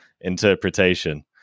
interpretation